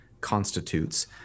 constitutes